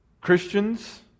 Christians